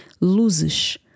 Luzes